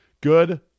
Good